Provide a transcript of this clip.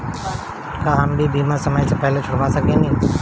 का हम बीमा समय से पहले छोड़वा सकेनी?